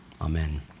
amen